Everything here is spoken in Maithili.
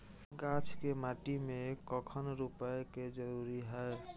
गाछ के माटी में कखन रोपय के जरुरी हय?